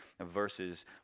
verses